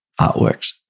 artworks